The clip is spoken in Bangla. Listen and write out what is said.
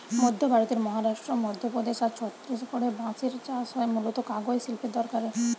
মধ্য ভারতের মহারাষ্ট্র, মধ্যপ্রদেশ আর ছত্তিশগড়ে বাঁশের চাষ হয় মূলতঃ কাগজ শিল্পের দরকারে